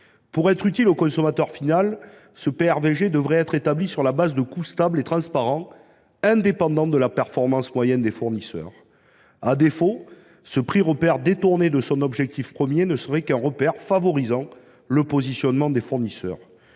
Pour être utile au consommateur final, le PRVG devrait être établi sur la base de coûts stables et transparents, indépendants de la performance moyenne des fournisseurs. À défaut, ce prix repère est détourné de son objectif premier et ne sert qu’à favoriser le positionnement des fournisseurs.